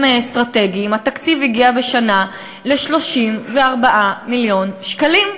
אסטרטגיים התקציב הגיע ל-34 מיליון שקלים בשנה.